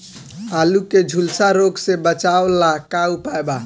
आलू के झुलसा रोग से बचाव ला का उपाय बा?